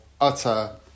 utter